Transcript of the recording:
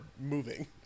moving